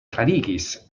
klarigis